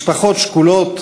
משפחות שכולות,